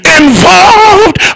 involved